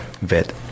vet